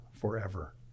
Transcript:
forever